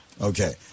Okay